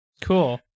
Cool